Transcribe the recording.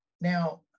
Now